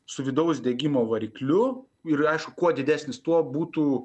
su vidaus degimo varikliu ir aišku kuo didesnis tuo būtų